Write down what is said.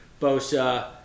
Bosa